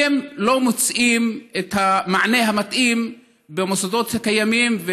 כי הם לא מוצאים את המענה המתאים במוסדות הקיימים,